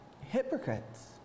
hypocrites